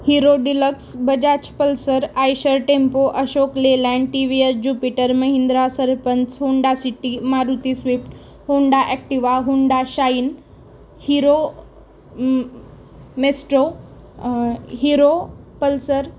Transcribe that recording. hero Deluxe Bajaj Pulsar Eicher tempo Ashok Leyland TVS Jupiter Mahindra Sarpanch Honda City Maruti Swift Honda Activa Honda Shine Hero म Maestro Hero Pulsar